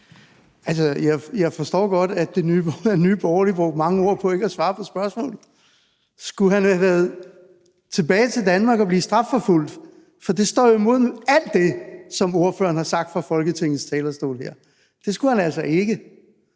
Jeg forstår godt, at ordføreren for Nye Borgerlige brugte mange ord på ikke at svare på spørgsmålet, om han skulle have været sendt tilbage til Danmark for at blive strafforfulgt. For det går jo imod alt det, som ordføreren har sagt her fra Folketingets talerstol. Det skulle han altså ikke.